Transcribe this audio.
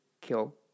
kill